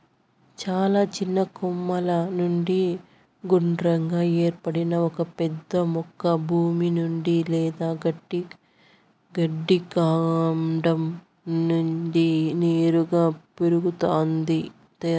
చాలా చిన్న కొమ్మల నుండి గుండ్రంగా ఏర్పడిన ఒక పెద్ద మొక్క భూమి నుండి లేదా గట్టి కాండం నుండి నేరుగా పెరుగుతాది